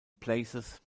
places